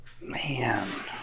Man